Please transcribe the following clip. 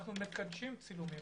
אלא מקדשים אותם.